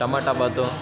tomato ಭಾತು